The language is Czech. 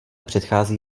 předchází